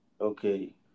Okay